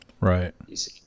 Right